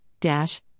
dash